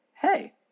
Hey